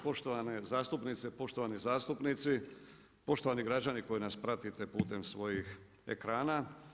Poštovane zastupnice, poštovani zastupnici, poštovani građani koji nas pratite putem svojih ekrana.